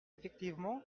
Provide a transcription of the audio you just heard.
effectivement